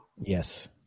Yes